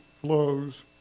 flows